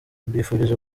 mbifurije